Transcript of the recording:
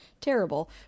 terrible